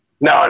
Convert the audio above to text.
No